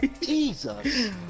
Jesus